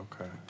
Okay